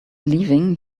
leaving